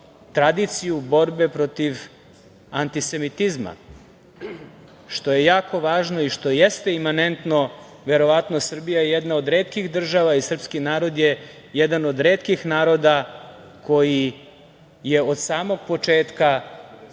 tradiciju borbe protiv anti-semitizma, što je jako važno i što jeste imanentno. Verovatno, Srbija je jedna od retkih država i srpski narod je jedan od retkih naroda koji je od samog početka